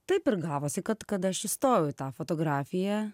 taip ir gavosi kad kad aš įstojau į tą fotografiją